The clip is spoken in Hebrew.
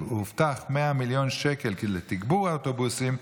שהובטח 100 מיליון שקל לתגבור האוטובוסים,